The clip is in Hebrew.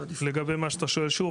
לגבי מה שאתה שואל שוב,